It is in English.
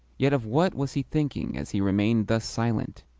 yet of what was he thinking as he remained thus silent?